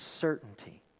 Certainty